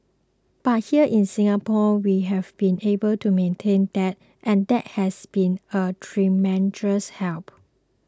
but here in Singapore we've been able to maintain that and that has been a tremendous help